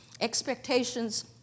Expectations